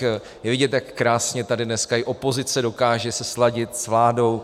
Je vidět, jak krásně se tady dneska i opozice dokáže sladit s vládou.